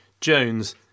Jones